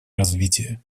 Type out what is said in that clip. развития